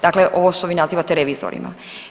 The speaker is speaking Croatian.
Dakle ovo što vi nazivate revizorima.